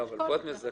פה זה יותר